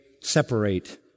separate